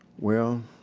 well,